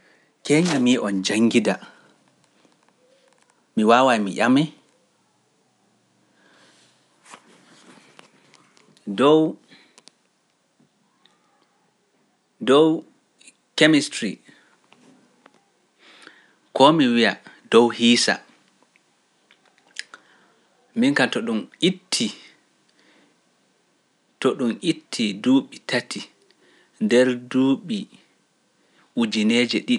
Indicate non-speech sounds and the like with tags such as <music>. <unintelligible> Keenya mi yi on njanngida, mi waawai mi yame? <hesitation> dow chemistry ko mi wiya nder hiisa. minkam to dun itti dubi tati nder dubi ujineeje....